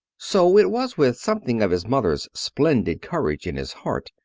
so it was with something of his mother's splendid courage in his heart,